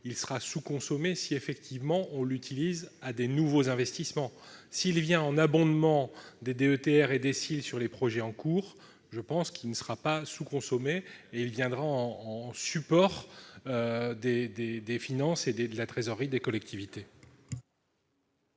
sera sous-consommé s'il est utilisé pour faire de nouveaux investissements. S'il vient en abondement de la DETR et de la DSIL sur les projets en cours, il ne sera pas sous-consommé ; il viendra en support des finances et de la trésorerie des collectivités.